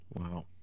Wow